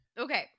okay